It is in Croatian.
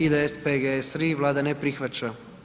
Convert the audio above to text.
IDS, PGS, RI Vlada ne prihvaća.